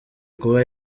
kuba